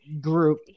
group